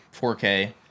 4K